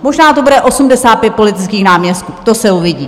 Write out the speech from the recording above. Možná to bude 85 politických náměstků, to se uvidí.